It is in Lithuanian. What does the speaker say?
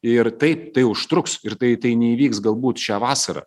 ir taip tai užtruks ir tai tai neįvyks galbūt šią vasarą